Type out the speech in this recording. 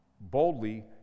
boldly